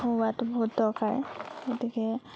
খোওৱাতো বহুত দৰকাৰ গতিকে